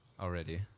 already